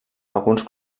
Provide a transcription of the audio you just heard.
alguns